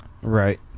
Right